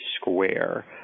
square